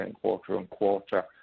quarter-on-quarter